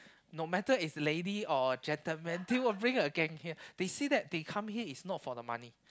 no matter is lady or gentleman they will bring a gang here they say that they come here is not for the money